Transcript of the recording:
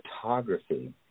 photography